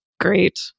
Great